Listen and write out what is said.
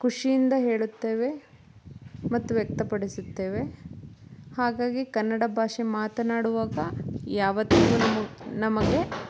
ಖುಷಿಯಿಂದ ಹೇಳುತ್ತೇವೆ ಮತ್ತು ವ್ಯಕ್ತಪಡಿಸುತ್ತೇವೆ ಹಾಗಾಗಿ ಕನಡ ಭಾಷೆ ಮಾತನಾಡುವಾಗ ಯಾವುದೇ ನಮ ನಮಗೆ